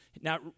now